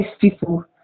people